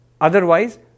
Otherwise